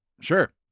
Sure